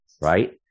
right